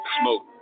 smoke